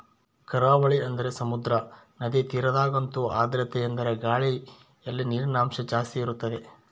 ಕರಾವಳಿ ಅಂದರೆ ಸಮುದ್ರ, ನದಿ ತೀರದಗಂತೂ ಆರ್ದ್ರತೆಯೆಂದರೆ ಗಾಳಿಯಲ್ಲಿ ನೀರಿನಂಶ ಜಾಸ್ತಿ ಇರುತ್ತದೆ